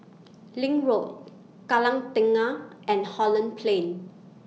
LINK Road Kallang Tengah and Holland Plain